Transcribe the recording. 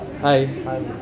Hi